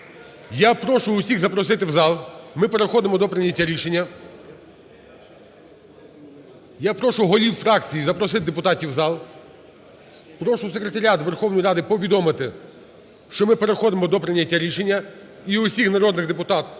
Я прошу всіх запросити в зал, ми переходимо до прийняття рішення. Я прошу голів фракцій запросити депутатів в зал, прошу секретаріат Верховної Ради повідомити, що ми переходимо до прийняття рішення і всіх народних депутатів